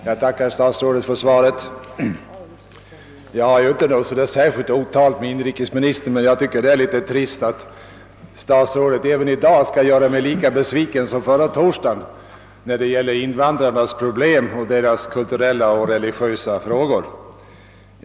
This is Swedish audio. Herr talman! Jag tackar statsrådet för svaret. Jag har inte något särskilt otalt med inrikesministern, men jag tycker det är litet trist att statsrådet i dag gör mig lika besviken som förra torsdagen, när det gällde invandrarnas kulturella och religiösa frågor.